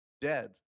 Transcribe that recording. dead